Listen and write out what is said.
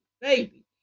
baby